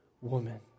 woman